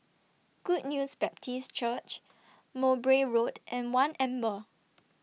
Good News Baptist Church Mowbray Road and one Amber